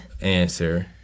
answer